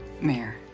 mayor